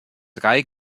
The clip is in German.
drei